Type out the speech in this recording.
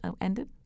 ended